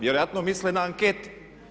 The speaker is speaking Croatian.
Vjerojatno misle na anketu.